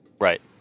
Right